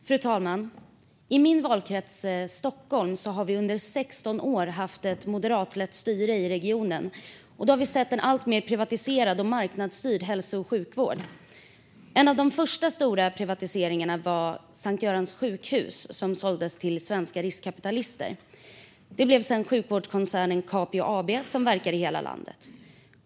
Fru talman! I min valkrets Stockholm har vi under 16 år haft ett moderatlett styre i regionen. Vi har sett en alltmer privatiserad och marknadsstyrd hälso och sjukvård. En av de första stora privatiseringarna var Sankt Görans sjukhus, som såldes till svenska riskkapitalister. Det blev sedan sjukvårdskoncernen Capio AB, som verkar i hela landet.